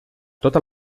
tota